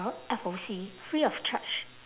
F_O_C free of charge